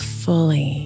fully